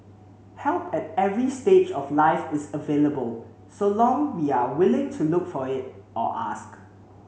help at every stage of life is available so long we are willing to look for it or ask